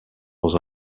dans